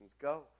go